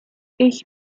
ich